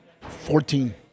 Fourteen